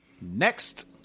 Next